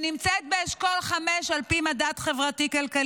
שנמצאת באשכול 5 על פי המדד החברתי-כלכלי,